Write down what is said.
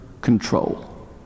control